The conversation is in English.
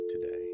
today